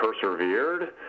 persevered